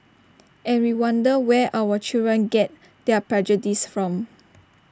and we wonder where our children get their prejudices from